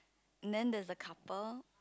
then there's a couple